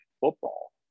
football